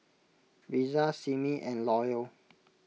Risa Simmie and Loyal